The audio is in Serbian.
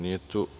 Nije tu.